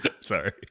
Sorry